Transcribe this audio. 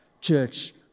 Church